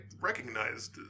recognized